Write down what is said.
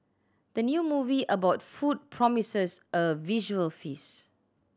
the new movie about food promises a visual feast